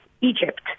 Egypt